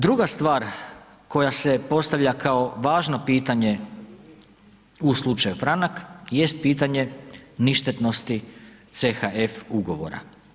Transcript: Druga stvar koja se postavlja kao važno pitanje u slučaju Franak jest pitanje ništetnosti CHF ugovora.